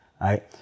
right